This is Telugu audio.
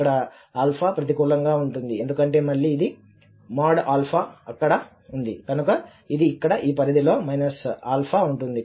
ఇక్కడ ప్రతికూలంగా ఉంటుంది ఎందుకంటే మళ్లీ ఇది || అక్కడ ఉంది కనుక ఇది ఇక్కడ ఈ పరిధిలో ఉంటుంది